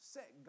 Set